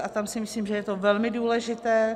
A tam si myslím, že je to velmi důležité.